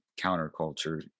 counterculture